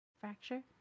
Fracture